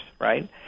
right